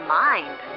mind